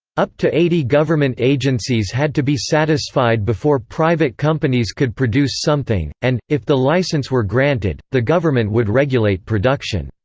up to eighty government agencies had to be satisfied before private companies could produce something and, if the licence were granted, the government would regulate production.